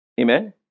Amen